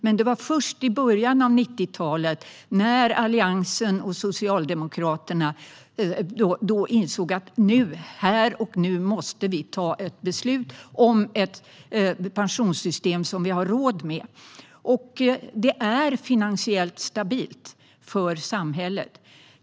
Men det var först i början av 90-talet som Alliansen och Socialdemokraterna insåg att här och nu måste vi fatta ett beslut om ett pensionssystem som vi har råd med, och det är finansiellt stabilt för samhället.